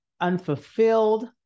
unfulfilled